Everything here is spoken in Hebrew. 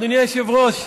אדוני היושב-ראש,